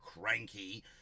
cranky